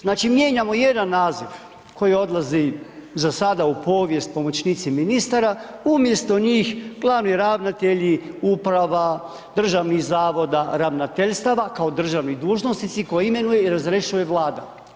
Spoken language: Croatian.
Znači mijenjamo jedan naziv koji odlazi zasada u povijest, pomoćnici ministara, umjesto njih glavni ravnatelji, uprava, državnih zavoda, ravnateljstva kao državni dužnosnici koje imenuje i razrješuje Vlada.